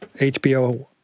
HBO